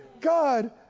God